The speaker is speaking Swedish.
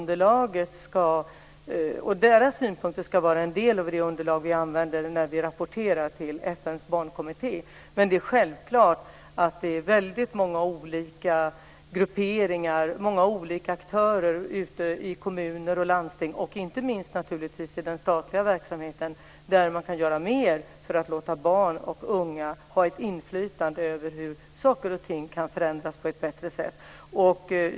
Deras synpunkter ska utgöra en del av det underlag som vi använder när vi rapporterar till Det är självklart att väldigt många olika grupperingar, många olika aktörer ute i kommuner och landsting och inte minst i den statliga verksamheten kan göra mer för att låta barn och unga ha ett inflytande över hur saker och ting kan förändras på ett bättre sätt.